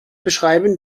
beschreiben